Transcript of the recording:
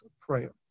prayer